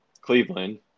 Cleveland